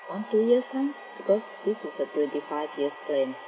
one two years time because this is a twenty five years plan